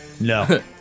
No